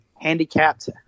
handicapped